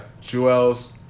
Jewels